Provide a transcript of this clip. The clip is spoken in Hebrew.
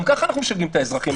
גם ככה אנחנו משגעים את האזרחים,